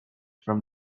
from